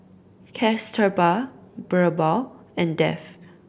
Kasturba Birbal and Dev